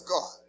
God